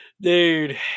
dude